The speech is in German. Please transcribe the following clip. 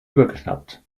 übergeschnappt